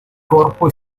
corpo